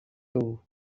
too